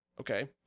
okay